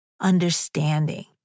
understanding